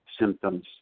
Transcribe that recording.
symptoms